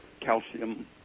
calcium